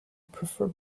prefer